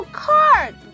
card